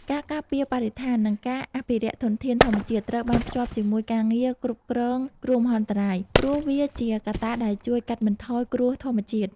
ការការពារបរិស្ថាន និងការអភិរក្សធនធានធម្មជាតិត្រូវបានភ្ជាប់ជាមួយការងារគ្រប់គ្រងគ្រោះមហន្តរាយ ព្រោះវាជាកត្តាដែលជួយកាត់បន្ថយគ្រោះធម្មជាតិ។